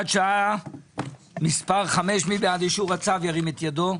שעה מס' 5). מי בעד אישור הצו ירים את ידו.